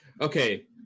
Okay